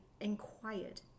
inquired